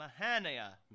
Mahania